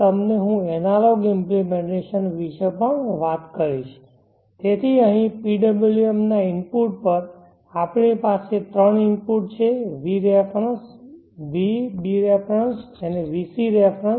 તમને હું analogue implementation વિશે પણ વાત કરીશ તેથી અહીં PWM ના ઇનપુટ પર આપણી પાસે ત્રણ ઇનપુટ્સ છે varef vbref vcref